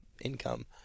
income